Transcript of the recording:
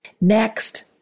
Next